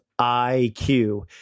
IQ